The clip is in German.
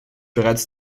bereits